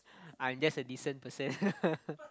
I'm just a decent person